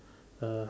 uh